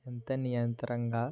అంతా నియంత్రణంగా